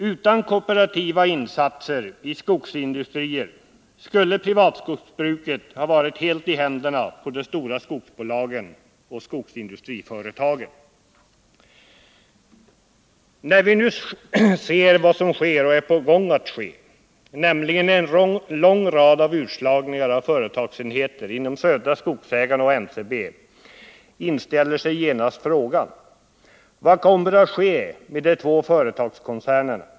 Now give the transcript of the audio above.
Utan kooperativa insatser i skogsindustrierna — basindustri i Hissskulle privatskogsbruket ha varit helt i händerna på de stora skogsbolagen och skogsindustriföretagen. När vi nu ser vad som sker och är på väg att ske, nämligen en lång rad utslagningar av företagsenheter inom Södra Skogsägarna och NCB, inställer sig genast frågorna: Vad kommer att ske med de två företagskoncernerna?